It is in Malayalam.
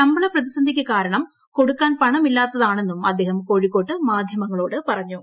ശമ്പളപ്രതിസന്ധിക്ക് കാരണം കൊടുക്കാൻ പണമില്ലാത്താണെന്നും അദ്ദേഹം കോഴിക്കോട്ട് മാധ്യമങ്ങളോട് പറഞ്ഞു